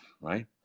right